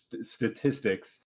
statistics